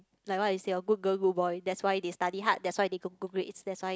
like what you say lor good girl good boy that's why they study hard that's why they get good grades that's why